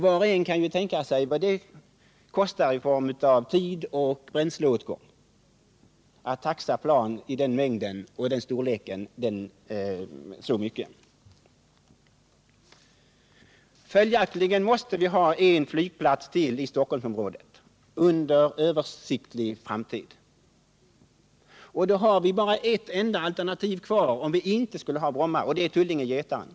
Var och en kan ju tänka sig vad det kostar i tid och bränsleåtgång att taxa flygplan i sådan mängd och med sådan storlek som det blir fråga om. Följaktligen måste vi ha en flygplats till i Stockholmsområdet under överskådlig framtid. Då återstår bara ett enda alternativ, om vi inte skulle behålla Bromma, nämligen Tullinge/Getaren.